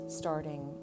starting